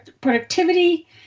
productivity